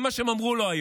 זה מה שהם אמרו לו היום.